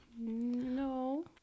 No